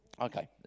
okay